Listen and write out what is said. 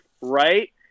right